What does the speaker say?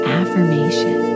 affirmation